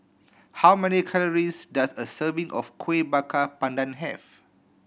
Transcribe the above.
how many calories does a serving of Kueh Bakar Pandan have